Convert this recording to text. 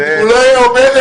זו נראית